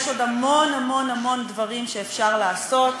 יש עוד המון המון המון דברים שאפשר לעשות.